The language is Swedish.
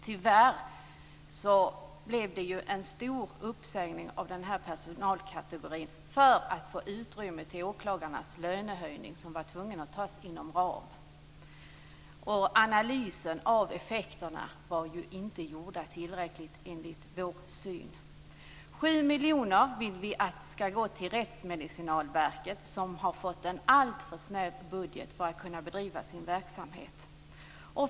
Tyvärr gjordes det ju omfattande uppsägningar av den här personalkategorin för att ge utrymme för åklagarnas lönehöjning, som man var tvungen att ta inom ram. Analysen av effekterna var inte tillräcklig enligt vår syn. Vi vill att 7 miljoner skall gå till Rättsmedicinalverket, som har fått en alltför snäv budet för att kunna bedriva sin verksamhet.